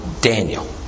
Daniel